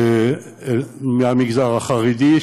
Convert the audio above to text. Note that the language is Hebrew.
אנשים מהמגזר החרדי,